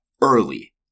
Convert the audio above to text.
early